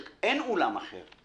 שאין אולם אחר.